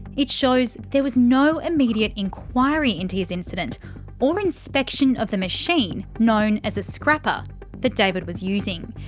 it shows there was no immediate inquiry into his incident or inspection of the machine known as a scrapper that david was using.